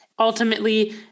ultimately